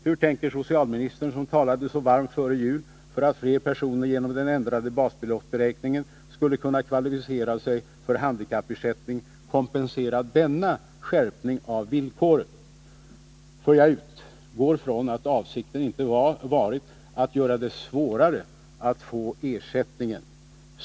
Hur tänker socialministern, som talade så varmt före jul för att fler personer genom den ändrade basbeloppsberäkningen skulle kunna kvalificera sig för handikappersättning, ”kompensera” denna skärpning av villkoren? Jag utgår från att avsikten inte varit att göra det svårare att få ersättningen.